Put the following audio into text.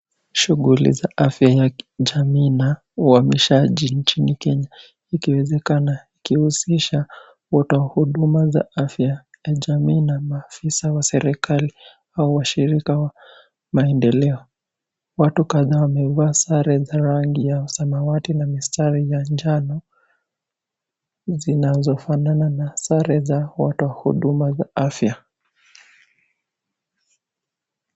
Shughuli za afya ya kijamii na uhamishaji nchini Kenya ikiwezekana ihusisha watoa huduma za afya kwa jamii na maafisa wa serikali au washirika wa maendeleo. Watu kadhaa wamevaa sare za rangi ya samawati na mistari ya njazi zinazofanana na sare za watoa huduma za afya.